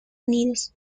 unidos